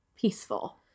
peaceful